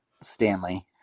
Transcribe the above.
Stanley